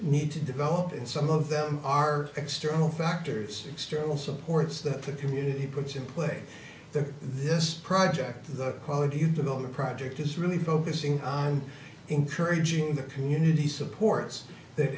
need to develop and some of them are external factors external supports the community puts in play there this project the quality until the project is really focusing on encouraging the community supports that